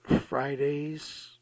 Fridays